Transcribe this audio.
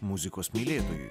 muzikos mylėtojui